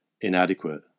inadequate